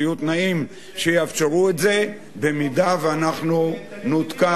שיהיו תנאים שיאפשרו את זה, אם אנחנו נותקף.